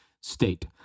state